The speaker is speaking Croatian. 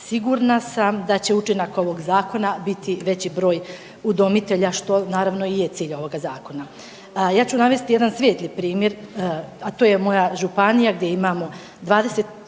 Sigurna sam da će učinak ovog zakona biti veći broj udomitelja što naravno i je cilj ovoga zakona. Ja ću navesti jedan svijetli primjer, a to je moja županija gdje imamo